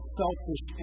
selfish